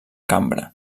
cambra